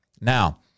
Now